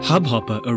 Hubhopper